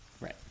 Right